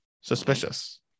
Suspicious